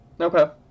Okay